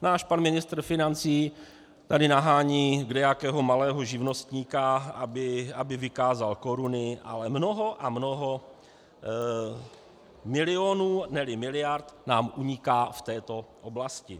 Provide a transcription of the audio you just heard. Náš pan ministr financí tady nahání kdejakého malého živnostníka, aby vykázal koruny, ale mnoho a mnoho milionů, neli miliard, nám uniká v této oblasti.